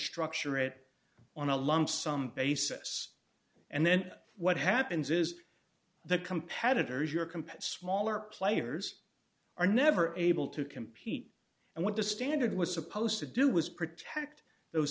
structure it on a lump sum basis and then what happens is the competitors your competitors smaller players are never able to compete and want to standard was supposed to do was protect those